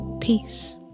Peace